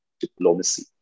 diplomacy